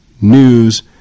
News